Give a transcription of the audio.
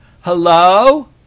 hello